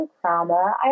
trauma